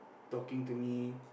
talking to me